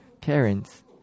parents